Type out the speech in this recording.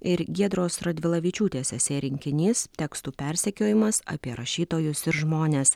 ir giedros radvilavičiūtės esė rinkinys tekstų persekiojimas apie rašytojus ir žmones